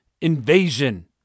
invasion